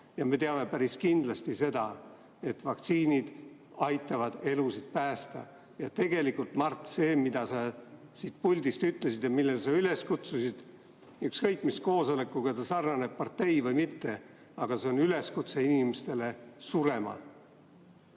ja me teame päris kindlasti seda, et vaktsiinid aitavad elusid päästa. Tegelikult, Mart, see, mida sa siit puldist ütlesid ja millele sa üles kutsusid, ükskõik mis koosolekuga ta sarnaneb, partei- või mitte, aga see on üleskutse inimestele surema.